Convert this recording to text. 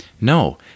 No